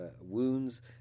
wounds